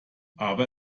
aber